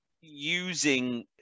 using